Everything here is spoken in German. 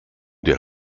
der